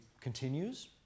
continues